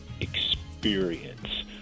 experience